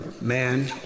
Man